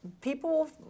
People